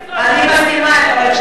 למה התחלת בזה?